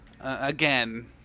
again